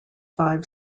five